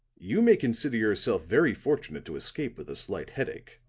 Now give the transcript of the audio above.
you may consider yourself very fortunate to escape with a slight headache,